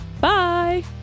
Bye